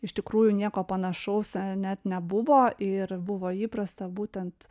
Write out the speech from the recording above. iš tikrųjų nieko panašaus net nebuvo ir buvo įprasta būtent